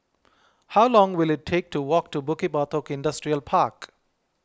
how long will it take to walk to Bukit Batok Industrial Park